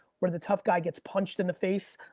where the tough guy gets punched in the face?